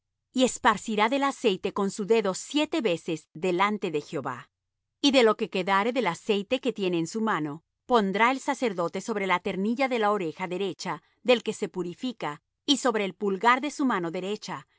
y esparcirá del aceite con su dedo siete veces delante de jehová y de lo que quedare del aceite que tiene en su mano pondrá el sacerdote sobre la ternilla de la oreja derecha del que se purifica y sobre el pulgar de su mano derecha